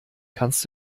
kannst